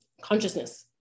consciousness